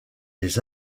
les